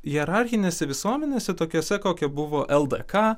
hierarchinėse visuomenėse tokiose kokia buvo ldk